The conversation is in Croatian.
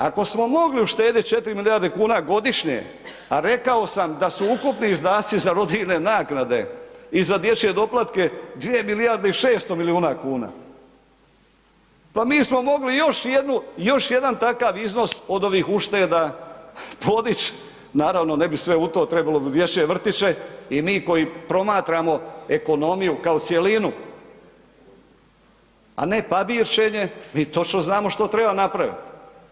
Ako smo mogli uštedjeti 4 milijarde kuna godišnje, a rekao sam da su ukupni izdaci za rodiljne naknade i za dječje doplatke 2 milijarde i 600 miliona kuna, pa mi smo mogli još jedan takav iznos od ovih ušteda podić, naravno ne bi sve u to, trebalo bi u dječje vrtiće i mi koji promatramo ekonomiju kao cjelinu, a ne …/nerazumljivo/… mi točno znamo što treba napraviti.